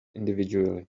individually